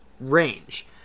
range